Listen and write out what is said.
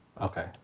Okay